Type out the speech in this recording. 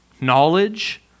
Knowledge